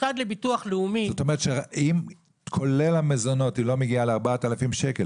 זאת אומרת שכולל המזונות היא לא מגיעה ל-4,000 שקל,